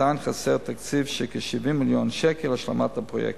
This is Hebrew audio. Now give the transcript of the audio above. עדיין חסר תקציב של כ-70 מיליון שקלים להשלמת הפרויקט.